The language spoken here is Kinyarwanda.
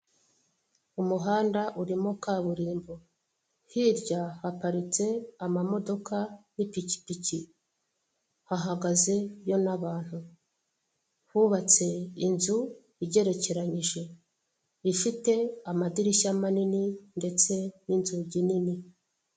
Umuhanda urimo kaburimbo hirya haparitse amamodoka n'ipikipiki, hahagazemo n'abantu, hubatse inzu igerekeranyije ifite amadirishya manini ndetse n'inzugi nini.